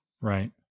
Right